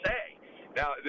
Now